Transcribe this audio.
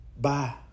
bye